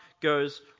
goes